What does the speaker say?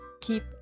keep